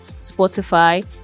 spotify